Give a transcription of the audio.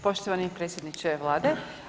Poštovani predsjedniče Vlade.